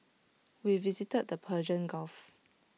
we visited the Persian gulf